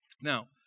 Now